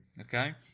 Okay